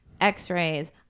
x-rays